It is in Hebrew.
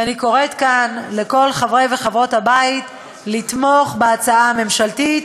ואני קוראת כאן לכל חברי וחברות הבית לתמוך בהצעה הממשלתית,